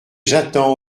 j’attends